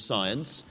Science